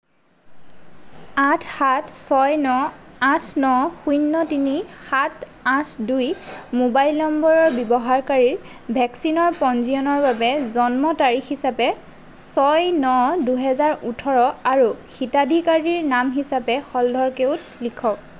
আঠ সাত ছয় ন আঠ ন শূন্য তিনি সাত আঠ দুই মোবাইল নম্বৰৰ ব্যৱহাৰকাৰীৰ ভেকচিনৰ পঞ্জীয়নৰ বাবে জন্ম তাৰিখ হিচাপে ছয় ন দুহেজাৰ ওঠৰ আৰু হিতাধিকাৰীৰ নাম হিচাপে হলধৰ কেওট লিখক